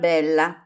Bella